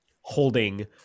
holding